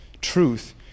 truth